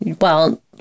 Well-